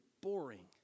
boring